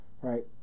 right